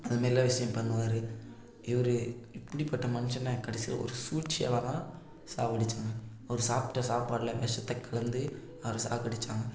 அது மாரில்லா விஷயமும் பண்ணுவாரு இவர் இப்படிப்பட்ட மனுஷன கடைசியில் ஒரு சூழ்ச்சியால் தான் சாகடிச்சாங்க அவர் சாப்பிட்ட சாப்பாட்டில் விஷத்த கலந்து அவரை சாகடிச்சாங்க